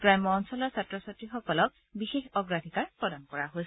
গ্ৰাম্য অঞ্চলৰ ছাত্ৰ ছাত্ৰীসকলক বিশেষ অগ্ৰাধিকাৰ প্ৰদান কৰা হৈছে